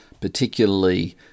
particularly